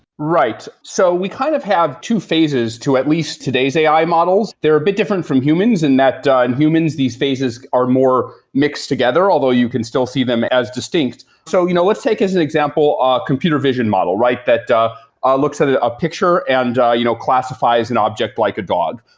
right. so we kind of have two phases to at least today's ai models, they're a bit different from humans and that on humans these phases are more mixed together, although you can still see them as distinct. so you know let's take as an example computer vision model, right? that ah looks at ah a picture and you know classifies an object like a dog.